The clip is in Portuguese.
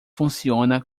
funciona